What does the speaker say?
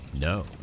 No